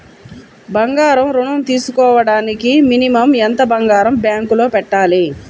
బంగారం ఋణం తీసుకోవడానికి మినిమం ఎంత బంగారం బ్యాంకులో పెట్టాలి?